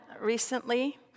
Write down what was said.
recently